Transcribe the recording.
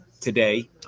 today